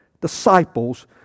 disciples